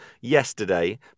yesterday